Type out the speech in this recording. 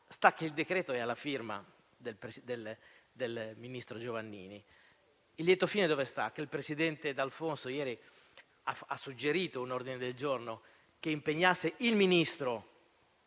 sta che il decreto è alla firma del ministro Giovannini. E il lieto fine sta nel fatto che ieri il presidente d'Alfonso ha suggerito un ordine del giorno che impegnasse il Ministro